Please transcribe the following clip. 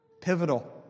Pivotal